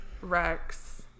Rex